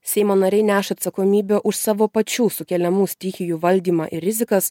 seimo nariai neša atsakomybę už savo pačių sukeliamų stichijų valdymą ir rizikas